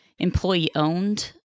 employee-owned